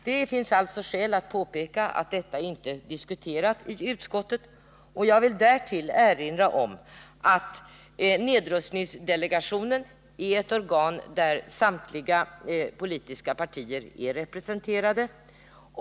Det finns skäl att påpeka att detta inte är diskuterat i utskottet, och jag vill därtill erinra om att nedrustningsdelegationen är ett organ där samtliga politiska partier är representerade.